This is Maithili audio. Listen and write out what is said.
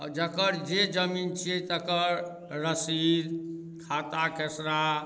जकर जे जमीन छिए तकर रसीद खाता खेसरा